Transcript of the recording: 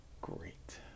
great